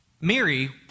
Mary